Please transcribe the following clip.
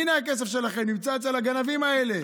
הינה הכסף שלכם, נמצא אצל הגנבים האלה.